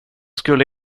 skulle